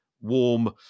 warm